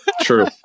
True